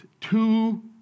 two